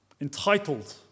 entitled